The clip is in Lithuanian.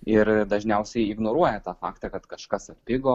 ir dažniausiai ignoruoja tą faktą kad kažkas atpigo